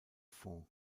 fond